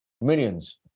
millions